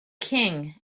king